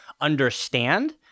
understand